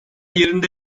yerinde